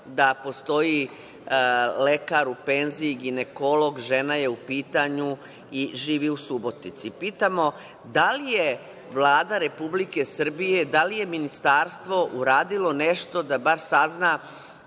da postoji lekar u penziji, ginekolog, žena je u pitanju i živi u Subotici. Pitamo – da li je Vlada Republike Srbije, da li je ministarstvo uradilo nešto da bar sazna